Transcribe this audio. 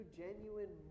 genuine